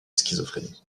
schizophrénie